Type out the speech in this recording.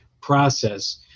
process